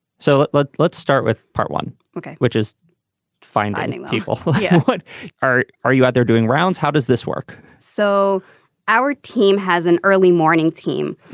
so let's let's start with part one okay. which is fine i think people yeah but are. are you out there doing rounds how does this work so our team has an early morning team.